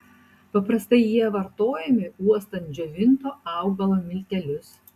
paprastai jie vartojami uostant džiovinto augalo miltelius